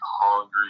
hungry